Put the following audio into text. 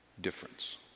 difference